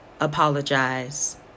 apologize